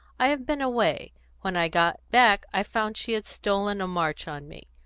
i have been away when i got back i found she had stolen a march on me.